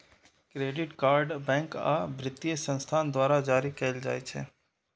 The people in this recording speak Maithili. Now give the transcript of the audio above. क्रेडिट कार्ड बैंक आ वित्तीय संस्थान द्वारा जारी कैल जाइ छै